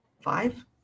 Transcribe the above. Five